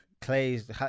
clay's